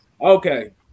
Okay